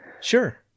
sure